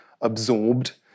absorbed